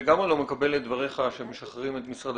אני לגמרי לא מקבל את דבריך שמשחררים את משרד